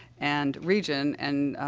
and region, and,